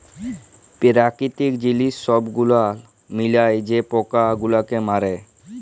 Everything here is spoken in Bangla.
পেরাকিতিক জিলিস ছব গুলাল মিলায় যে পকা গুলালকে মারে